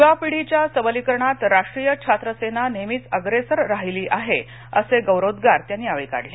युवा पिढीच्या सबलीकरणात राष्ट्रीय छात्र सेना नेहेमीच अग्रेसर राहिली आहे असे गौरवोद्वार त्यांनी यावेळी काढले